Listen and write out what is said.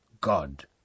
God